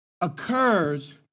occurs